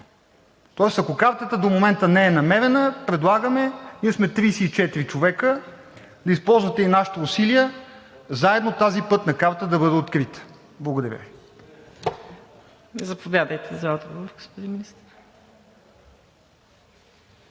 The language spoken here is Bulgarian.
Тоест ако Картата до момента не е намерена, предлагаме – ние сме 34 човека – да използвате и нашите усилия, заедно тази пътна карта да бъде открита. Благодаря Ви.